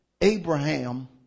Abraham